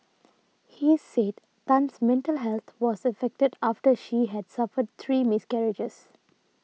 he said Tan's mental health was affected after she had suffered three miscarriages